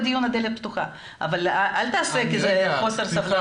הדלת פתוחה אבל אל תתייחס בחוסר סבלנות.